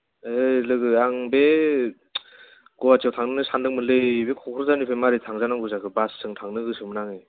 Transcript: ओइ लोगो आं बे गुवाहाटिआव थांनो सान्दोंमोनलै बे क'क्राझारनिफ्राय मारै थाजानांगौ जाखो बासजों थांनो गोसोमोन आङो